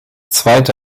zweite